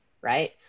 Right